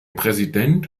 präsident